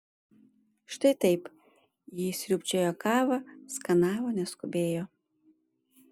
štai taip ji sriūbčiojo kavą skanavo neskubėjo